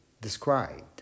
described